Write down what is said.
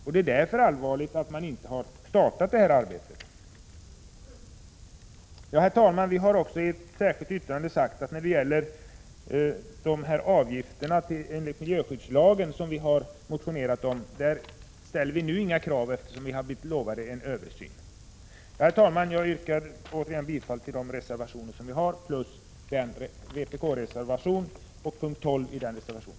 Därför är det allvarligt att regeringen inte startat detta arbete. Vi har också i ett särskilt yttrande sagt att när det gäller de avgifter enligt miljöskyddslagen som vi har motionerat om ställer vi nu inga krav, eftersom vi har blivit lovade en översyn. Herr talman! Jag yrkar bifall till de reservationer som centerpartiet står bakom samt till vpk-reservationen 5 i fråga om mom. 12.